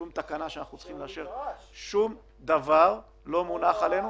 שום תקנה שאנחנו צריכים לאשר שום דבר לא מונח כאן.